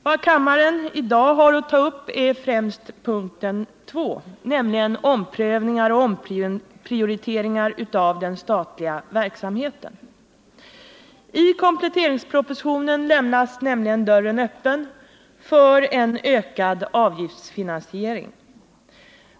Vad kammaren i dag har att ta upp till diskussion är främst avsnittet 2.2, som avser omprövningar och omprioriteringar av den statliga verksamheten. I kompletteringspropositionen lämnas dörren öppen för en ökad avgiftsfi nansiering.